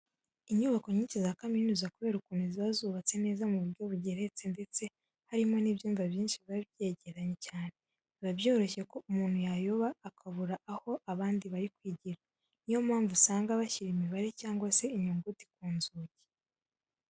Inyubako nyinshi za kaminuza kubera ukuntu ziba zubatse neza ku buryo bugeretse ndetse harimo n'ibyumba byinshi biba byegeranye cyane, biba byoroshye ko umuntu yayoba akabura aho abandi bari kwigira. Ni yo mpamvu usanga bashyira imibare cyangwa se inyuguti ku nzugi.